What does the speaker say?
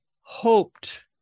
hoped